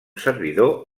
servidor